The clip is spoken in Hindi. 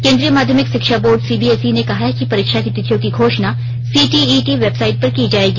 केंद्रीय माध्यिमक शिक्षा बोर्ड सीबीएसई ने कहा है कि परीक्षा की तिथियों की घोषणा सीटीईटी वेबसाइट पर की जाएगी